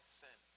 sin